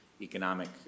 economic